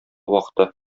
вакыты